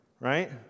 Right